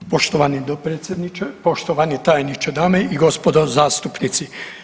Poštovani dopredsjedniče, poštovani tajniče, dame i gospodo zastupnici.